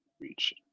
reach